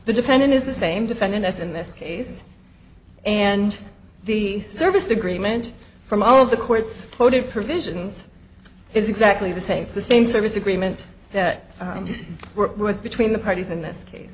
the defendant is the same defendant as in this case and the service agreement from all the courts quoted provisions is exactly the same the same service agreement that was between the parties in this case